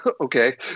okay